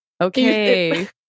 Okay